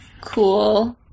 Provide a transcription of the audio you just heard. cool